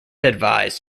advise